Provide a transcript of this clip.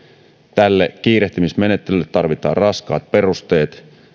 tälle kiirehtimismenettelylle tarvitaan raskaat perusteet